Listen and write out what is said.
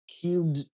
Cubed